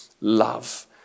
love